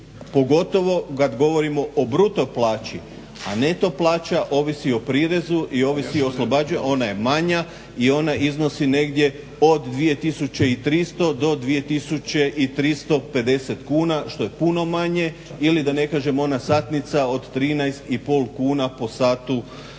pogotovo kad govorimo o bruto plaći, a neto plaća ovisi o prirezu i ovisi o, ona je manja i ona iznosi negdje od 2300 do 2 tisuće i 350 kuna što je puno manje ili da ne kažem ona satnica od 13,5 kuna po satu rada.